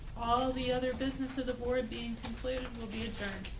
all the other businesses aboard being completed will be adjourned.